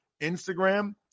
Instagram